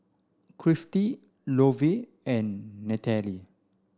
Christi Lovie and Nataly